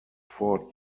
four